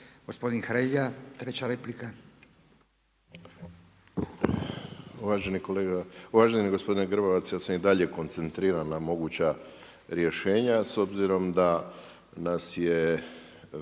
Gospodin Hrelja treća replika. **Hrelja, Silvano (HSU)** Uvaženi gospodine Grbavac, ja sam i dalje koncentriran na moguća rješenja s obzirom da nas je